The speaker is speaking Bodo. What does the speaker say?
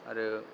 आरो